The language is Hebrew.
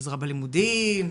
עזרה בלימודים,